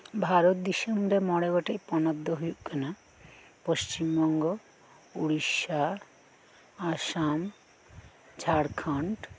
ᱵᱷᱟᱨᱚᱛ ᱫᱤᱥᱚᱢ ᱨᱮ ᱢᱚᱬᱮ ᱜᱚᱴᱮᱱ ᱯᱚᱱᱚᱛ ᱫᱚ ᱦᱳᱭᱳᱜ ᱠᱟᱱᱟ ᱯᱚᱥᱪᱤᱢ ᱵᱚᱝᱜᱚ ᱩᱲᱤᱥᱥᱟ ᱟᱥᱟᱢ ᱡᱷᱟᱲᱠᱷᱚᱱᱰ